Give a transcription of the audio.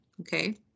okay